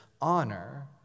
honor